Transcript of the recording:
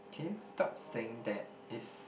can you stop saying that it's